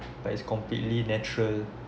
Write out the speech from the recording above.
but it's completely natural